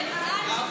יעבוד,